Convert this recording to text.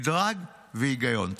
מדרג והיגיון.